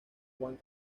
juan